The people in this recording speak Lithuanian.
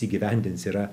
įgyvendins yra